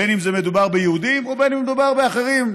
בין שמדובר ביהודים ובין שמדובר באחרים.